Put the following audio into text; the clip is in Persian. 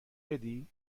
بدی